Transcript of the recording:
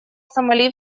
сомали